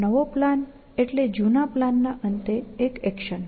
નવો પ્લાન એટલે જુના પ્લાન ના અંતે એક એક્શન